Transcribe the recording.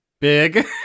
Big